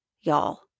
y'all